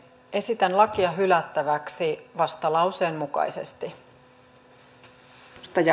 esitän lakia hylättäväksi vastalauseen mukaisesti